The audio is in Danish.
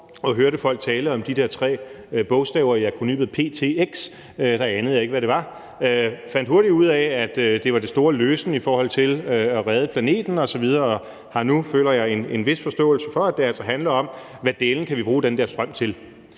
og hørte folk tale om de der tre bogstaver i akronymet ptx, anede jeg ikke, hvad det var. Jeg fandt hurtigt ud af, at det var det store løsen i forhold til at redde planeten osv., og har nu, føler jeg, en vis forståelse for, at det altså handler om, hvad dælen vi kan bruge den der strøm til.